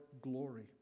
glory